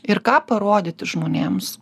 ir ką parodyti žmonėms